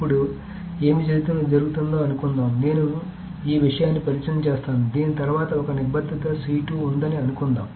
ఇప్పుడు ఏమి జరుగుతుందో అనుకుందాం నేను ఈ విషయాన్ని పరిచయం చేస్తాను దీని తర్వాత ఒక నిబద్ధత ఉందని అనుకుందాం